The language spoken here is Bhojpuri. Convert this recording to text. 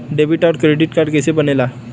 डेबिट और क्रेडिट कार्ड कईसे बने ने ला?